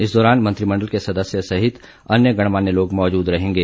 इस दौरान मंत्रिमंडल के सदस्य सहित अन्य गणमान्य लोग मौजूद रहेंगे